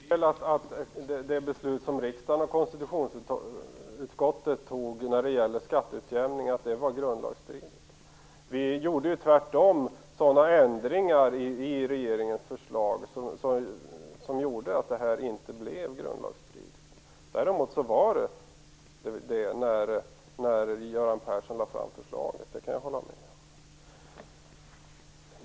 Fru talman! Det är fel att det beslut som riksdagen och konstitutionsutskottet fattade när det gäller skatteutjämningen var grundlagsstridigt. Vi gjorde tvärtom ändringar i regeringens förslag som gjorde att detta inte blev grundlagsstridigt. Däremot var det grundlagsstridigt när Göran Persson lade fram förslaget, det kan jag hålla med om.